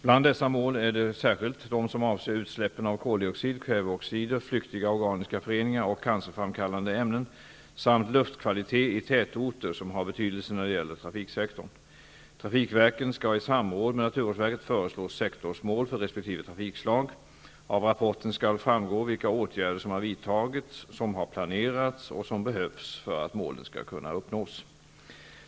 Bland dessa mål är det särskilt de som avser utsläppen av koldioxid, kväveoxider, flyktiga organiska föreningar och cancerframkallande ämnen samt luftkvalitet i tätorter som har betydelse när det gäller trafiksektorn. Trafikverken skall i samråd med naturvårdsverket föreslå sektorsmål för resp. trafikslag. Av rapporten skall framgå vilka åtgärder som har vidtagits, som har planerats och som behövs för att målen skall kunna uppnås.